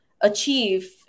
achieve